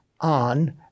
on